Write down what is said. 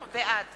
בעד